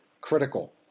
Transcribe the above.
critical